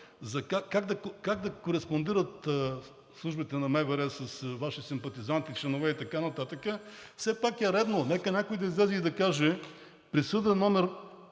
– как да кореспондират службите на МВР с Ваши симпатизанти, членове и така нататък, все пак е редно, нека някой да излезе и да каже – присъда №